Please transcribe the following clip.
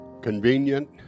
convenient